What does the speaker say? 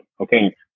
Okay